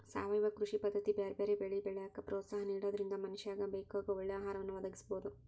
ಸಾವಯವ ಕೃಷಿ ಪದ್ದತಿ ಬ್ಯಾರ್ಬ್ಯಾರೇ ಬೆಳಿ ಬೆಳ್ಯಾಕ ಪ್ರೋತ್ಸಾಹ ನಿಡೋದ್ರಿಂದ ಮನಶ್ಯಾಗ ಬೇಕಾಗೋ ಒಳ್ಳೆ ಆಹಾರವನ್ನ ಒದಗಸಬೋದು